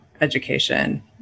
education